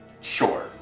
Sure